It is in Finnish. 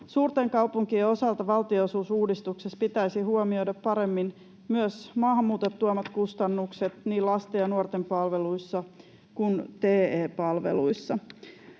Suurten kaupunkien osalta valtionosuusuudistuksessa pitäisi huomioida paremmin myös maahanmuuton tuomat kustannukset niin lasten ja nuorten palveluissa kuin TE-palveluissa.